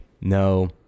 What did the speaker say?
no